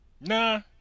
Nah